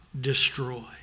destroy